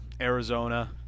Arizona